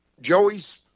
Joey's